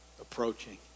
approaching